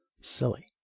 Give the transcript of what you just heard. Silly